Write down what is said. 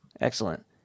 excellent